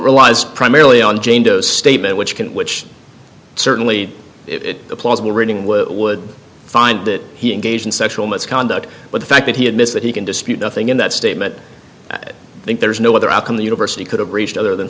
relies primarily on jane doe statement which can which certainly it plausible reading would find that he engaged in sexual misconduct but the fact that he admits that he can dispute nothing in that statement i think there's no other outcome the university could have reached other than